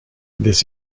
this